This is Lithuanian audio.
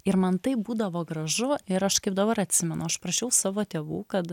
ir man taip būdavo gražu ir aš kaip dabar atsimenu aš prašiau savo tėvų kad